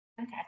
Okay